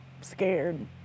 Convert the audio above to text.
Scared